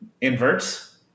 inverts